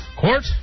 Court